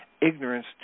ignorance